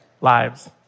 lives